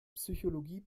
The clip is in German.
psychologie